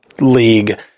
league